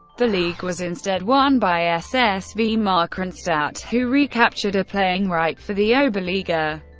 the league was instead won by ssv markranstadt, who recaptured a playing right for the oberliga.